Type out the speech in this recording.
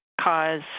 cause